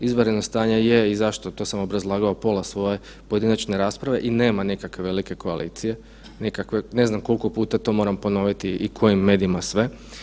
Izvanredno stanje je i zašto, to sam obrazlagao pola svoje pojedinačne rasprave i nema nikakve velike koalicije, ne znam koliko puta to moram ponoviti i kojim medijima sve.